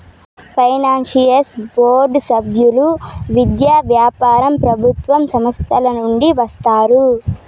finance board సభ్యులు విద్య, వ్యాపారం ప్రభుత్వ సంస్థల నుండి వస్తారు